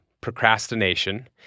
procrastination